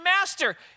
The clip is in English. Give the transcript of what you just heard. master